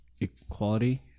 equality